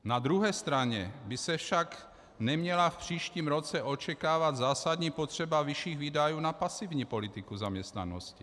Na druhé straně by se však neměla v příštím roce očekávat zásadní potřeba vyšších výdajů na pasivní politiku zaměstnanosti.